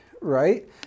right